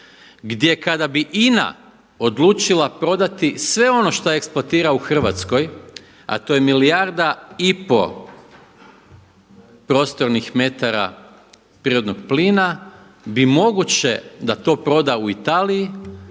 gdje kada bi INA odlučila prodati sve ono šta eksploatira u Hrvatskoj a to je milijarda i pol prostornih metara prirodnog plina bi moguće da to proda u Italiji